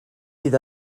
sydd